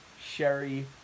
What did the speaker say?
sherry